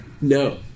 no